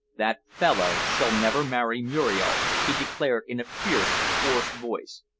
that fellow shall never marry muriel, he declared in a fierce, hoarse voice.